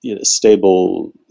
stable